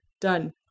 done